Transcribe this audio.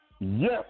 Yes